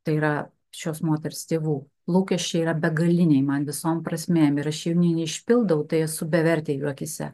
tai yra šios moters tėvų lūkesčiai yra begaliniai man visom prasmėm ir aš jei jų neišpildau tai esu bevertė juokėsi